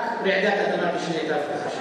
רק רעידת אדמה תשנה את ההבטחה שלי.